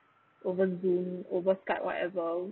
overdoing over cut whatever